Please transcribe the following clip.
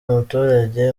umuturage